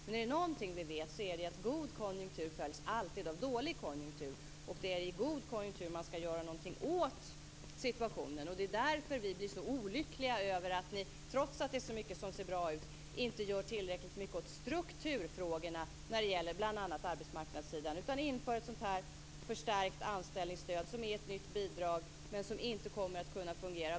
Men är det något vi vet, är det att god konjunktur alltid följs av dålig konjunktur. Det är i god konjunktur man skall göra något åt situationen. Det är därför vi blir så olyckliga över att ni, trots att det är så mycket som ser bra ut, inte gör tillräckligt mycket åt strukturfrågorna när det gäller bl.a. arbetsmarknadssidan, utan inför ett förstärkt anställningsstöd som är ett nytt bidrag, men som inte kommer att kunna fungera.